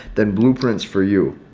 then blueprints for you?